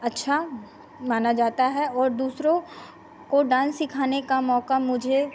अच्छा माना जाता है और दूसरों को डान्स सिखाने का मौका मुझे